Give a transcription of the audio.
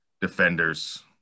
defenders